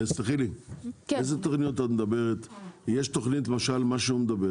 יש תוכנית שגל דיבר עליה.